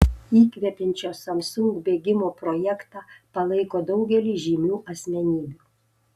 įkvepiančio samsung bėgimo projektą palaiko daugelis žymių asmenybių